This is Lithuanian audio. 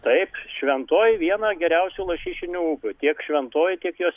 taip šventoji viena geriausių lašišinių upių tiek šventoji tiek jos